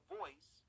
voice